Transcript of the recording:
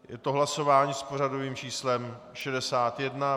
Je to hlasování s pořadovým číslem 61.